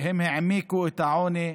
הם העמיקו את העוני.